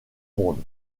monde